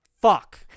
fuck